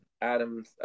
Adam's